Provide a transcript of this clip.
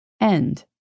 end